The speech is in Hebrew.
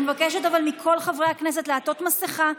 אני מבקשת מכל חברי הכנסת לעטות מסכה,